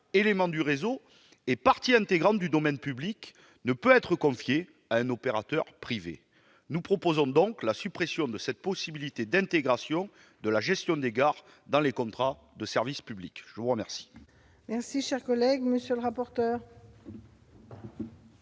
élément du réseau et partie intégrante du domaine public, ne peut être confiée à un opérateur privé. Nous proposons donc la suppression de cette possibilité d'intégration de la gestion des gares dans les contrats de service public. Quel est l'avis de la commission ? M. Gay a sa logique.